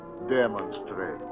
demonstrate